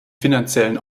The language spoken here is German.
finanziellen